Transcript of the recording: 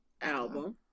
album